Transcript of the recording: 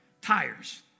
tires